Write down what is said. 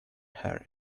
her